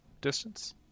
distance